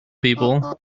people